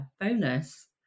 bonus